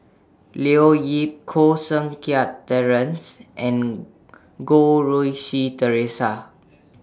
Leo Yip Koh Seng Kiat Terence and Goh Rui Si Theresa